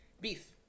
Beef